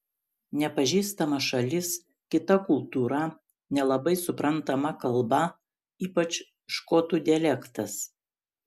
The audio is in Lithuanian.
nepažįstama šalis kita kultūra nelabai suprantama kalba ypač škotų dialektas